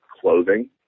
clothing